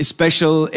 Special